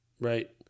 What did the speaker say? Right